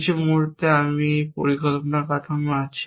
কিন্তু মুহূর্তে আমি এই পরিকল্পনা কাঠামো আছে